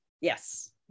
Yes